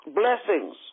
blessings